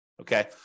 okay